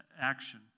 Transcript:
action